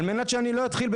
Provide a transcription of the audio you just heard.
על מנת שאני לא אתחיל,